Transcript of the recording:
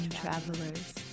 travelers